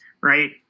Right